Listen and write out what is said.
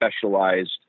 specialized